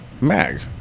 mag